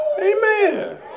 Amen